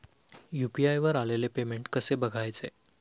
UPI वर आलेले payment कसे बघायचे?